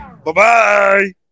Bye-bye